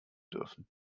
dürfen